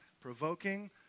provoking